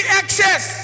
access